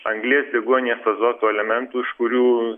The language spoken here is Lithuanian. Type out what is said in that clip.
anglies deguonies azoto elementų iš kurių